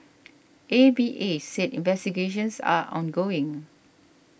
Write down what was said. A V A said investigations are ongoing